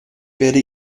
werde